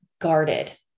guarded